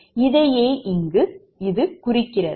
இதையே இங்கு குறிக்கிறது